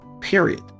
Period